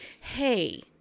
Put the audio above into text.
hey